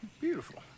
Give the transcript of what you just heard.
Beautiful